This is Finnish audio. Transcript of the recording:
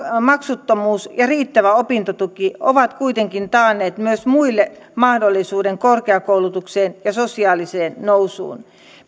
maksuttomuus ja riittävä opintotuki ovat kuitenkin taanneet myös muille mahdollisuuden korkeakoulutukseen ja sosiaaliseen nousuun